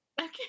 okay